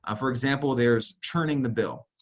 ah for example there is churning the bill.